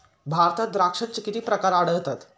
भारतात द्राक्षांचे किती प्रकार आढळतात?